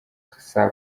saa